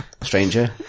stranger